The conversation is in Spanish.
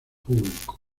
público